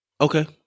Okay